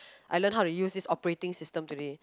I learn how to use this operating system today